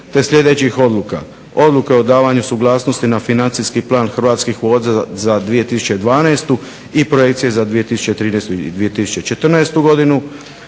sljedećih odluka: Odluke o davanju suglasnosti na Financijski plan Hrvatskih voda za 2012. i Projekcije za 2013. i 2014.godinu,